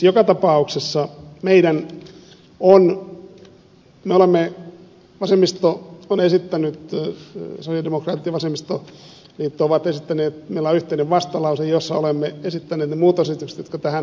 joka tapauksessa vasemmisto sosialidemokraatit ja vasemmistoliitto ovat esittäneet meillä on yhteinen vastalause jossa olemme esittäneet ne muutosesitykset jotka tähän on hyvä tehdä